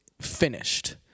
finished